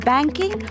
Banking